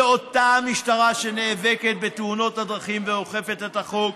זו אותה משטרה שנאבקת בתאונות הדרכים ואוכפת את החוק,